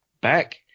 back